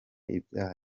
ibyaha